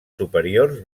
superiors